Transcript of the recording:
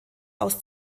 aus